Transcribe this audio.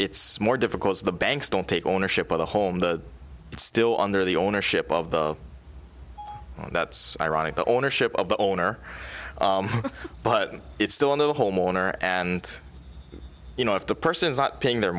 it's more difficult the banks don't take ownership of the home that it's still under the ownership of the that's ironic the ownership of the owner but it's still on the whole mourner and you know if the person's not paying their